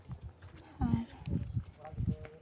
ᱟᱨ